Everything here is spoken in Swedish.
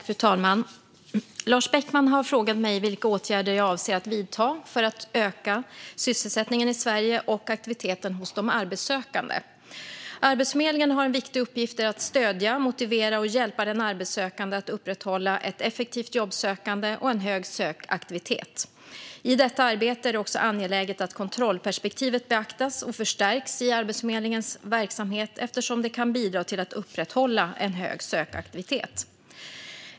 Fru talman! Lars Beckman har frågat mig vilka åtgärder jag avser att vidta för att öka sysselsättningen i Sverige och aktiviteten hos de arbetssökande. Arbetsförmedlingen har en viktig uppgift i att stödja, motivera och hjälpa den arbetssökande att upprätthålla ett effektivt jobbsökande och en hög sökaktivitet. I detta arbete är det också angeläget att kontrollperspektivet beaktas och förstärks i Arbetsförmedlingens verksamhet eftersom det kan bidra till att upprätthålla en hög sökaktivitet.